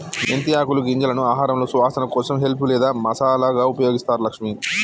మెంతి ఆకులు గింజలను ఆహారంలో సువాసన కోసం హెల్ప్ లేదా మసాలాగా ఉపయోగిస్తారు లక్ష్మి